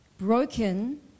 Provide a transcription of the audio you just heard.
broken